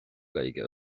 gaeilge